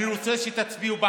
אני רוצה שתצביעו בעד,